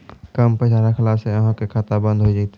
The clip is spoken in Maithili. कम पैसा रखला से अहाँ के खाता बंद हो जैतै?